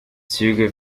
züge